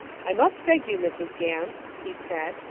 i must beg you, mrs. gamp, he said,